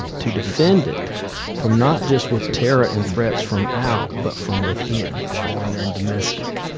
to defend it from not just with terror and threats from out, but from within, foreign and domestic.